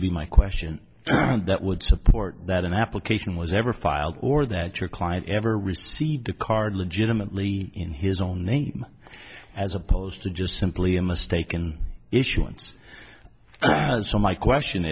to be my question that would support that an application was ever filed or that your client ever received a card legitimately in his own name as opposed to just simply a mistaken issuance so my question